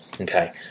Okay